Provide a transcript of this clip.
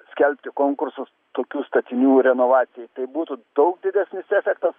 skelbti konkursus tokių statinių renovacijai tai būtų daug didesnis efektas